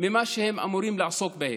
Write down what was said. ממה שהם אמורים לעסוק בו,